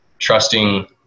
trusting